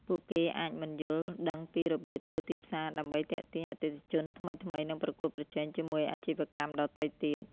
ពួកគេអាចមិនយល់ដឹងពីរបៀបធ្វើទីផ្សារដើម្បីទាក់ទាញអតិថិជនថ្មីៗ និងប្រកួតប្រជែងជាមួយអាជីវកម្មដទៃទៀត។